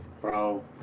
bro